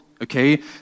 okay